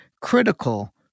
critical